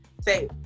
say